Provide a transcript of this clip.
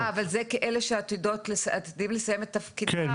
אה, אבל זה לאלה שעתידים לסיים את תפקידם.